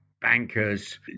bankers